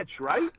right